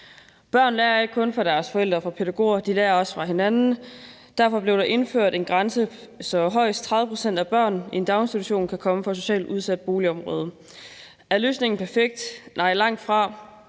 Børn lærer ikke kun fra deres forældre og fra pædagoger, de lærer også fra hinanden, og derfor blev der indført en grænse, så højst 30 pct. af børn i en daginstitution kan komme fra et socialt udsat boligområde. Er løsningen perfekt? Nej, langtfra,